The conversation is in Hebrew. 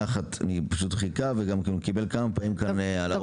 הוא פשוט חיכה וגם קיבל על הראש.